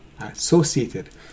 associated